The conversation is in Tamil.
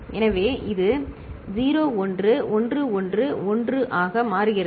எனவே இது 0 1 1 1 1 ஆக மாறுகிறது